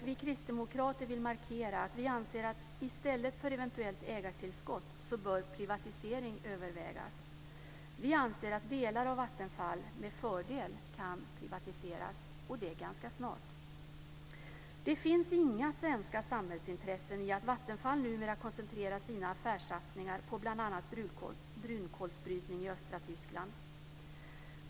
Vi kristdemokrater vill markera att vi anser att i stället för eventuellt ägartillskott bör privatisering övervägas. Vi anser att delar av Vattenfall med fördel kan privatiseras, och det ganska snart. Det finns inga svenska samhällsintressen i att Vattenfall numera koncentrerar sina affärssatsningar på bl.a. brunkolsbrytning i östra Tyskland.